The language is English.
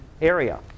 area